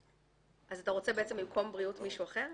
אתה רוצה במקום בריאות מישהו אחר?